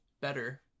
better